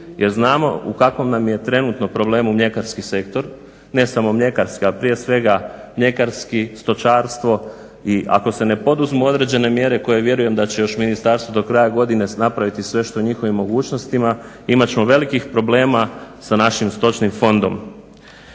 jer znamo u kakvom nam je trenutno problemu mljekarski sektor, ne samo mljekarski ali prije svega mljekarski, stočarstvo i ako se ne poduzmu određene mjere koje vjerujem da će još ministarstvo do kraja godine napraviti sve što je u njihovim mogućnostima imat ćemo velikih problema sa našim stočnim fondom.